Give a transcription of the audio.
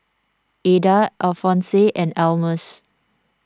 Adah Alphonse and Almus